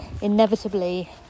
inevitably